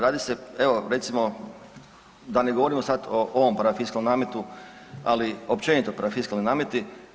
Radi se, evo recimo da ne govorimo sad o ovom parafiskalnom nametu, ali općenito parafiskalni nameti.